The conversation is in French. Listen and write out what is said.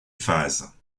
phases